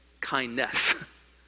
kindness